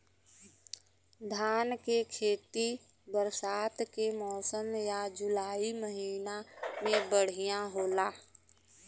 धान के खेती बरसात के मौसम या जुलाई महीना में बढ़ियां होला?